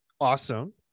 Awesome